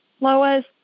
Lois